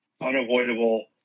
unavoidable